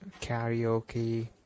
karaoke